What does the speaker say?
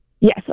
Yes